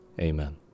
Amen